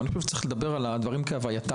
אבל אני חושב שצריך לדבר על הדברים כהווייתם.